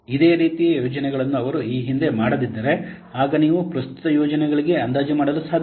ಇದೇ ರೀತಿಯ ಯೋಜನೆಗಳನ್ನು ಅವರು ಈ ಹಿಂದೆ ಮಾಡದಿದ್ದರೆ ಆಗ ನೀವು ಪ್ರಸ್ತುತ ಯೋಜನೆಗಳಿಗೆ ಅಂದಾಜು ಮಾಡಲು ಸಾಧ್ಯವಿಲ್ಲ